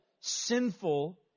sinful